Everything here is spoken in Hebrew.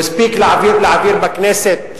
הספיק להעביר בכנסת